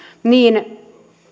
niin